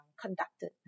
conducted